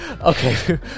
Okay